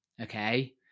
Okay